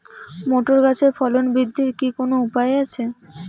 Motor গাছের ফলন বৃদ্ধির কি কোনো উপায় আছে?